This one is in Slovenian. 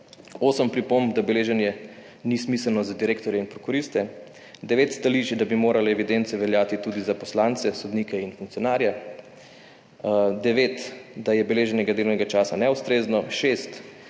8 pripomb, da beleženje ni smiselno za direktorje in prokuriste, 9 stališč, da bi morale evidence veljati tudi za poslance, sodnike in funkcionarje, 9, da je beleženjega delovnega časa neustrezno,